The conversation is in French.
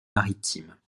maritime